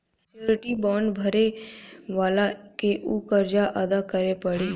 surety bond भरे वाला के ऊ कर्ज अदा करे पड़ी